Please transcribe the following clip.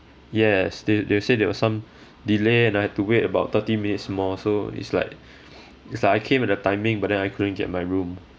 yes they they say there was some delay and I had to wait about thirty minutes more so it's like it's like I came at the timing but then I couldn't get my room